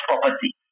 property